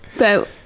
but